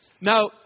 Now